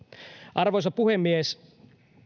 arvoisa puhemies